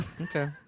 okay